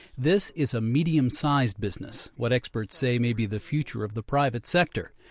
this is a medium-sized business, what experts say may be the future of the private sector.